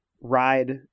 ride